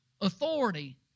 authority